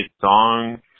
song